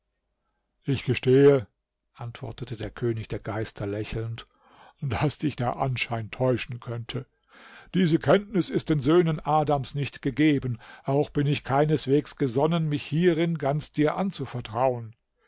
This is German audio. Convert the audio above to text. ich gestehe antwortete der könig der geister lächelnd daß dich der anschein täuschen könnte diese kenntnis ist den söhnen adams nicht gegeben auch bin ich keineswegs gesonnen mich hierin ganz dir anzuvertrauen